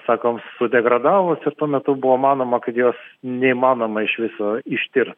sakom sudegradavus ir tuo metu buvo manoma kad jos neįmanoma iš viso ištirt